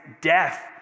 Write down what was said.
death